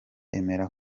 emera